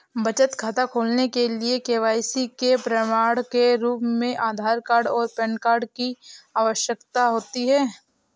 बचत खाता खोलने के लिए के.वाई.सी के प्रमाण के रूप में आधार और पैन कार्ड की आवश्यकता होती है